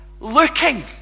looking